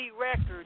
Records